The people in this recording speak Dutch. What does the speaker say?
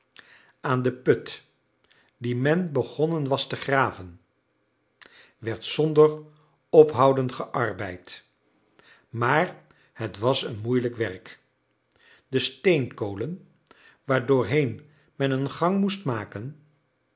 aan den put dien men begonnen was te graven werd zonder ophouden gearbeid maar het was een moeilijk werk de steenkolen waardoorheen men een gang moest maken